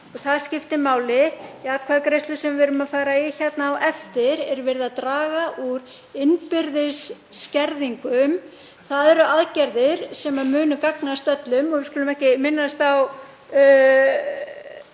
og það skiptir máli. Í atkvæðagreiðslu sem við erum að fara í hérna á eftir er verið að draga úr innbyrðisskerðingum. Það eru aðgerðir sem munu gagnast öllum. Við skulum ekki minnast á